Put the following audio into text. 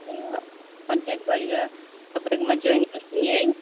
तपाईँसँग कन्ट्याक्ट गरेर तपाईँकोमा जोइन गर्छु नि है